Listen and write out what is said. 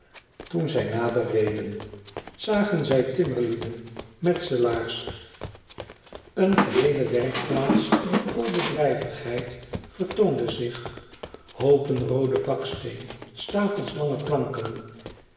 toen zij nader reden zagen zij timmerlieden metselaars een geheele werkplaats vol bedrijvigheid vertoonde zich hoopen roode baksteen stapels lange planken